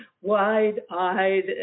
wide-eyed